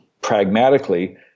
pragmatically